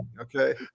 Okay